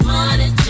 Money